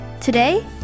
Today